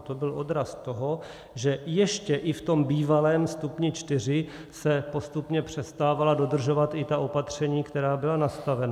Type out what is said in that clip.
To byl odraz toho, že ještě i v tom bývalém stupni čtyři se postupně přestávala dodržovat i ta opatření, která byla nastavena.